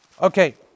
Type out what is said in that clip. Okay